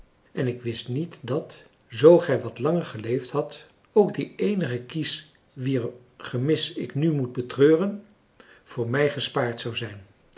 en ik wist niet dat zoo gij wat langer geleefd hadt ook die eenige kies wier gemis ik nu moet betreuren voor mij gespaard zou zijn